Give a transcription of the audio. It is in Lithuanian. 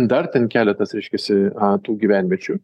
dar ten keletas reiškiasi tų gyvenviečių